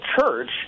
church